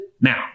now